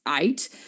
eight